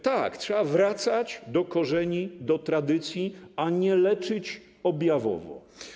Tak, trzeba wracać do korzeni, do tradycji, a nie leczyć objawowo.